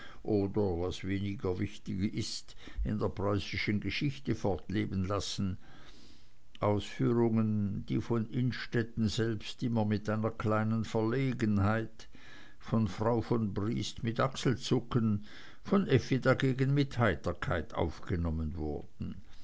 oder was weniger wichtig ist in der preußischen geschichte fortleben lassen ausführungen die von innstetten selbst immer mit einer kleinen verlegenheit von frau von briest mit achselzucken von effi dagegen mit heiterkeit aufgenommen wurden